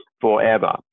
forever